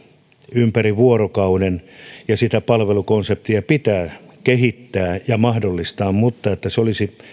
ympäri vuorokauden ja sitä palvelukonseptia pitää kehittää ja mahdollistaa mutta sen olisi oltava